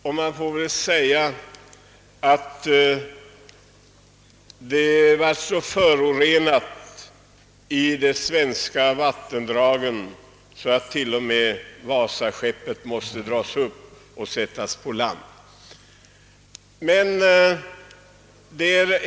De svenska vattendragen är nu så starkt förorenade att t.o.m. regalskeppet Wasa måste dragas upp och sättas på land.